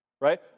Right